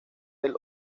del